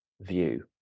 View